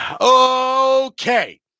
Okay